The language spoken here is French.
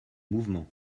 mouvement